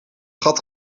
gat